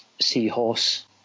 seahorse